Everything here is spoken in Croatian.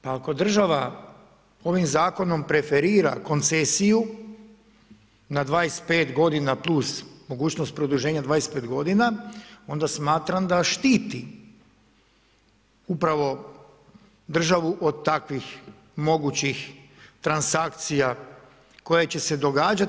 Pa ako država ovim zakonom preferira koncesiju na 25 godina plus mogućnost produženja 25 godina onda smatram da štiti upravo državu od takvih mogućih transakcija koje će se događati.